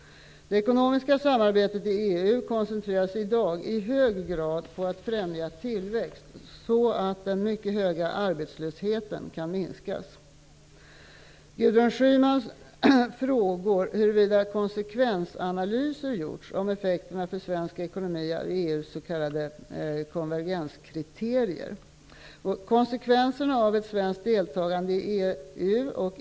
Det ekonomiska samarbetet i EU koncentreras i dag i hög grad på att främja tillväxt så att den mycket höga arbetslösheten kan minskas. Gudrun Schyman frågar huruvida konsekvensanalyser gjorts om effekterna för svensk ekonomi av EU:s s.k. konvergenskriterier.